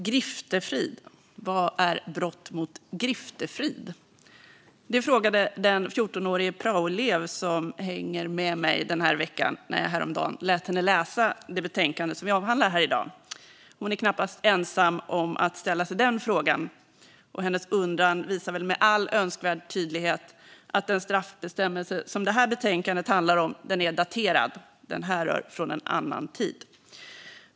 Fru talman! Vad är brott mot griftefrid? Det frågade den 14-åriga praoelev som hänger med mig den här veckan, när jag häromdagen lät henne läsa det betänkande som vi avhandlar här i dag. Hon är knappast ensam om att ställa sig den frågan, och hennes undran visar väl med all önskvärd tydlighet att den straffbestämmelse som det här betänkandet handlar om är daterad - den härrör från en annan tid.